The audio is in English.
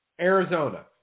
Arizona